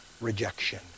rejection